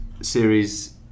Series